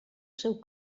seu